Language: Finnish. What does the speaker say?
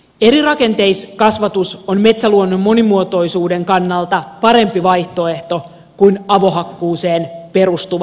erirakenteinen kasvatus on metsäluonnon monimuotoisuuden kannalta parempi vaihtoehto kuin avohakkuuseen perustuva talousmetsän hoito